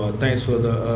thanks for the